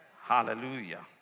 hallelujah